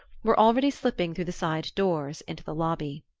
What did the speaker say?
were already slipping through the side doors into the lobby.